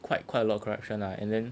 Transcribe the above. quite quite a lot of corruption lah and then